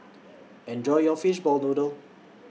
Enjoy your Fishball Noodle